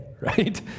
right